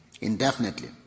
indefinitely